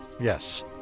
Yes